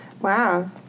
Wow